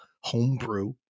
homebrew